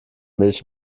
milch